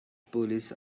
police